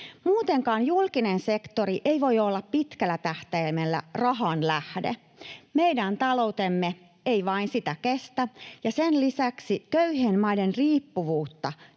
Muutenkaan julkinen sektori ei voi olla pitkällä tähtäimellä rahan lähde. Meidän taloutemme ei vain sitä kestä, ja sen lisäksi köyhien maiden riippuvuutta